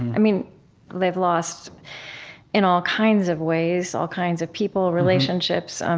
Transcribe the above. i mean they've lost in all kinds of ways, all kinds of people, relationships. um